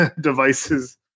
devices